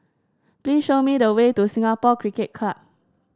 please show me the way to Singapore Cricket Club